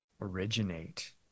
originate